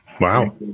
Wow